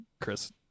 Chris